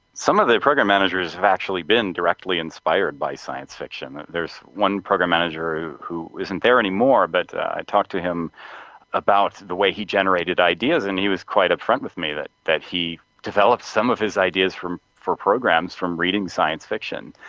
some of their program managers have actually been directly inspired by science fiction. there's one program manager who isn't there anymore, but i talked to him about the way he generated ideas and he was quite upfront with me that that he developed some of his ideas for programs from reading science fiction.